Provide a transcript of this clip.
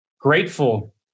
grateful